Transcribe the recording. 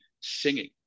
singing